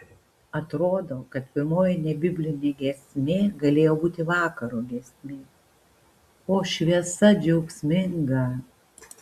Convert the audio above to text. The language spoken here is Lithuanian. atrodo kad pirmoji nebiblinė giesmė galėjo būti vakaro giesmė o šviesa džiaugsminga